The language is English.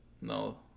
No